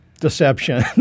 Deception